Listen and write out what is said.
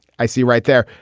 i see right there,